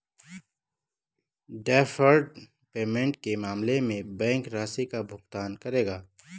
deferred payment के मामले में बैंक राशि का भुगतान करेगा